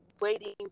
waiting